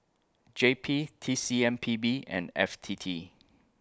J P T C M P B and F T T